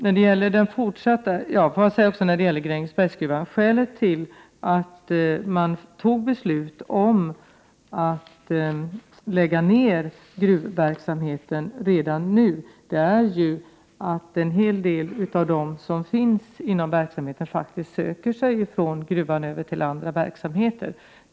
Beträffande Grängesbergsgruvan vill jag säga att skälet till att man fattade beslutet om att lägga ner gruvverksamheten redan nu är att en hel del av dem som arbetar inom verksamheten faktiskt söker sig från gruvan till andra verksamheter.